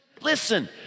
Listen